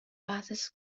passes